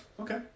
okay